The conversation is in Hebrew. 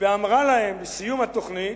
ואמרה להם בסיום התוכנית: